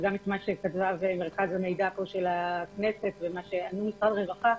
וגם את מה שכתבה נציגת מרכז המידע של הכנסת ומה שענו משרד הרווחה,